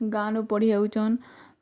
ଗାଁନୁ ପଢ଼ି ଆଉଚନ୍